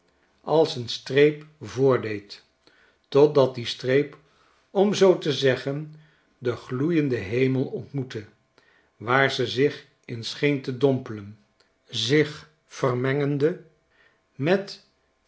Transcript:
als een streep voordeed totdat die streep om zoo te zeggen den gloeienden hemel ontmoette waar ze zich in scheen te dompelen zich vermengende met